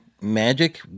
Magic –